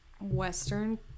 western